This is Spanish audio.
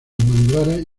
manglares